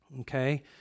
Okay